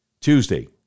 Tuesday